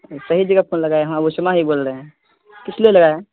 صحیح جگہ فون لگائے ہیں ہاں وشمہ ہی بول رہے ہیں کس لیے لگائے ہیں